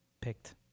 picked